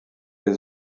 les